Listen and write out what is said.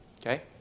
okay